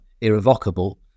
irrevocable